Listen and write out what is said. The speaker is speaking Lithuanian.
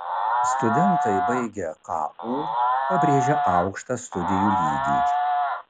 studentai baigę ku pabrėžia aukštą studijų lygį